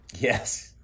yes